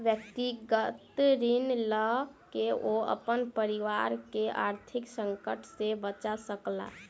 व्यक्तिगत ऋण लय के ओ अपन परिवार के आर्थिक संकट से बचा सकला